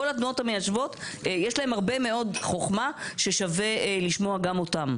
כל התנועות המיישבות יש להן הרבה מאוד חוכמה ששווה לשמוע גם אותן.